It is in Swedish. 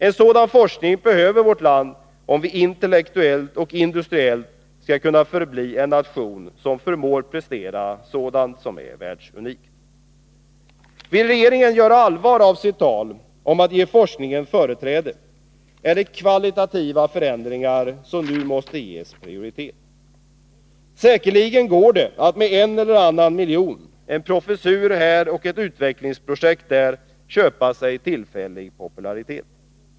En sådan forskning behöver vårt land, om vi intellektuellt och industriellt skall kunna förbli en nation som förmår prestera sådant som är världsunikt. Vill regeringen verkligen göra allvar av sitt tal om att ge forskningen företräde är det kvalitativa förändringar som nu måste ges prioritet. Säkerligen går det att med en eller annan miljon, en professur här och ett utvecklingsprojekt där köpa sig tillfällig popularitet.